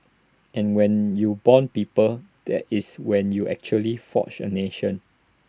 and when you Bond people that is when you actually forge A nation